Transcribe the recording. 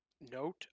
note